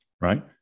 right